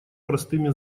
простыми